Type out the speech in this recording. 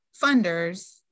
funders